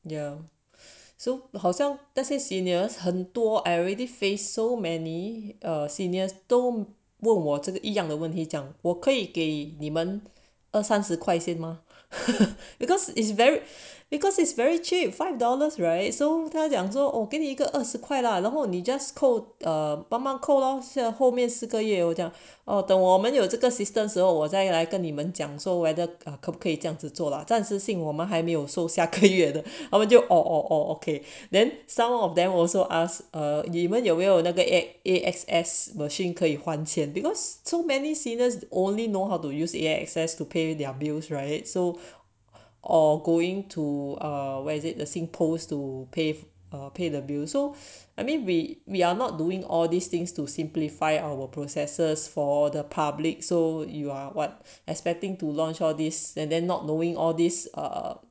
ya so 好像那些 seniors 很多 I already face so many seniors 都问我一样的问题讲我可以给你们二三十块先 mah because it's very because it's very cheap five dollars right so 他讲说我给你一个二十块啦然后你 just 扣后面四个月有酱哦等我们有这个 system 时候我再来跟你们讲 so whether 可不可以这样子做了暂时性我们还没有 so 下个月的 audio oh oh oh okay then some of them also asked a 你们有没有那个 A_X_S machine 可以换钱 because so many seniors only know how to use A_X_S to pay their bills right so or going to err where is it the Singpost to ah pay the bill so I mean we we are not doing all these things to simplify our processes for the public so you are what expecting to launch all this and then not knowing all this err